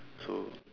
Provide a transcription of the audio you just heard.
so